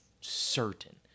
certain